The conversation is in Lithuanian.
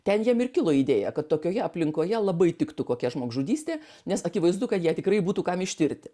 ten jam ir kilo idėja kad tokioje aplinkoje labai tiktų kokia žmogžudystė nes akivaizdu kad ją tikrai būtų kam ištirti